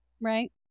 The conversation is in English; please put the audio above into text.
right